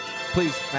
Please